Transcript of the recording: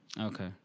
okay